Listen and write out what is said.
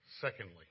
Secondly